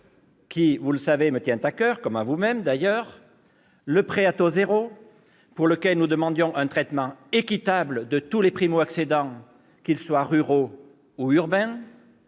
qui, vous le savez, me tient à coeur : le prêt à taux zéro, pour lequel nous demandions un traitement équitable de tous les primo-accédants, qu'ils soient ruraux ou urbains